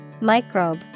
Microbe